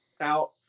out